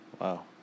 Wow